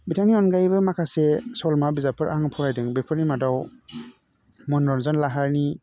बिथांनि अनगायैबो माखासे सल'मा बिजाबफोर आं फरायदों बेफोरनि मादाव मन'रन्जन लाहारिनि